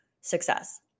success